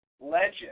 legend